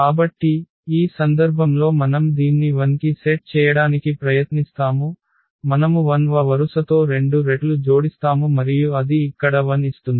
కాబట్టి ఈ సందర్భంలో మనం దీన్ని 0 కి సెట్ చేయడానికి ప్రయత్నిస్తాము మనము 1 వ వరుసతో రెండు రెట్లు జోడిస్తాము మరియు అది ఇక్కడ 0 ఇస్తుంది